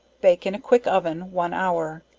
bake in a quick oven one hour.